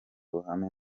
ruhame